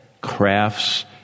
crafts